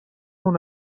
اون